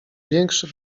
większy